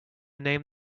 name